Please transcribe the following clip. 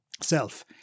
self